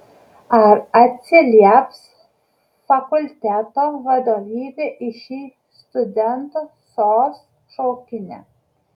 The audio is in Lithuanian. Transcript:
ar atsilieps fakulteto vadovybė į šį studentų sos šaukinį